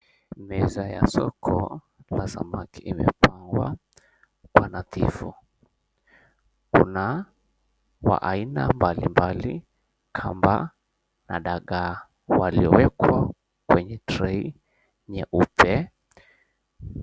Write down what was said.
Meza ya soko la samaki imepangwa panadhifu kuna wa aina mbalimbali kamba na dagaa waliowekwa kwenye trei nyeupe.